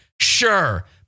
Sure